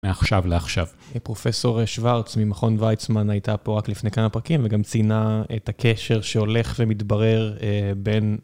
מעכשיו לעכשיו. פרופסור שוורץ ממכון ויצמן הייתה פה רק לפני כמה פרקים וגם ציינה את הקשר שהולך ומתברר בין